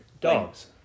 Dogs